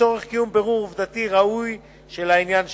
לצורך קיום בירור עובדתי ראוי של העניין שבפניה.